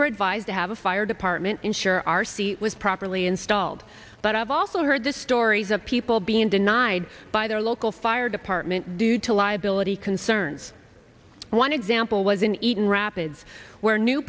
were advised to have a fire department ensure our seat was properly installed but i've also heard the stories of people being denied by their local fire department due to liability concerns one example was an eton rapids where new